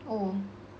oh